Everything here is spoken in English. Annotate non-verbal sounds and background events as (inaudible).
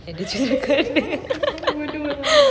at the children corner (laughs)